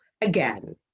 again